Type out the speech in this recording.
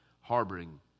harboring